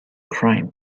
crime